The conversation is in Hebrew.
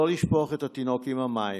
לא לשפוך את התינוק עם המים,